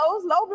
low